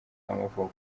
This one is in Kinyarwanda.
y’amavuko